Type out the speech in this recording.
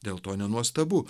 dėl to nenuostabu